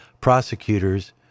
prosecutors